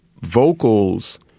vocals